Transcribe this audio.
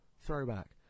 throwback